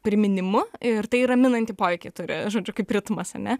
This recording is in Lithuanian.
priminimu ir tai raminantį poveikį turi žodžiu kaip ritmas ane